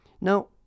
Now